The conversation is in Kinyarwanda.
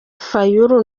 fayulu